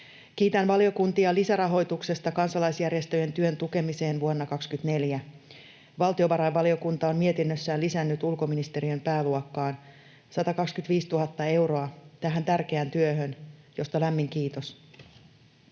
Kiitän valiokuntia lisärahoituksesta kansalaisjärjestöjen työn tukemiseen vuonna 24. Valtiovarainvaliokunta on mietinnössään lisännyt ulkoministeriön pääluokkaan 125 000 euroa tähän tärkeään työhön, mistä lämmin kiitos.